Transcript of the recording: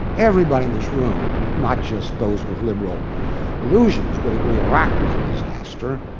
everybody in this room, not just those with liberal illusions, would agree iraq was a disaster.